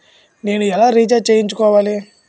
నేను ఎలా రీఛార్జ్ చేయించుకోవాలి?